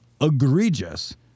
egregious